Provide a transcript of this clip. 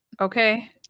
Okay